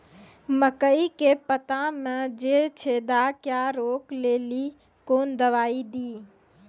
मकई के पता मे जे छेदा क्या रोक ले ली कौन दवाई दी?